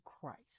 Christ